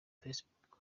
facebook